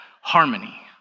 harmony